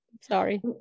Sorry